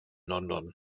london